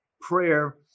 prayer